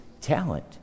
talent